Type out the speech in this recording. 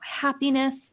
happiness